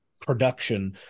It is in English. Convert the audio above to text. production